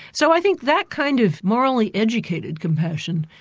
so i think that kind of morally educated compassion,